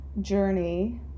journey